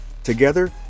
Together